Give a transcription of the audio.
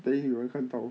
then 有人看到